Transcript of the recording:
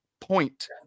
Point